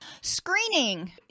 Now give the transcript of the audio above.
screening